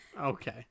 Okay